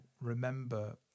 remember